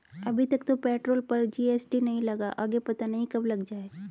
अभी तक तो पेट्रोल पर जी.एस.टी नहीं लगा, आगे पता नहीं कब लग जाएं